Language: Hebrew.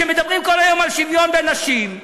שמדברים כל היום על שוויון לנשים,